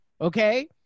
okay